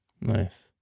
Nice